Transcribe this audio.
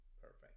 Perfect